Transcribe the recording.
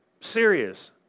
Serious